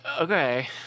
Okay